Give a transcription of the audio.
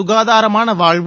க்காதாரமான வாழ்வு